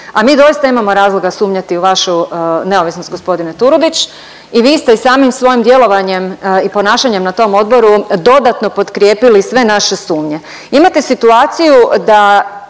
a mi doista imamo razloga sumnjati u vašu neovisnost gospodine Turudić. I vi ste i samim svojim djelovanjem i ponašanjem na tom odboru dodatno potkrijepili sve naše sumnje. Imate situaciju da